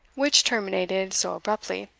which terminated so abruptly